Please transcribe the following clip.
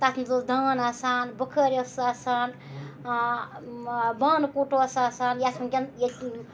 تَتھ منٛز اوس دان آسان بُخٲرۍ ٲسٕس آسان بانہٕ کُٹھ اوس آسان یَتھ وٕنۍکٮ۪ن ییٚتہِ